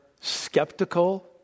skeptical